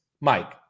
Mike